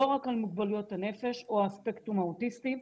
לא רק על מוגבלויות הנפש או הספקטרום האוטיסטי.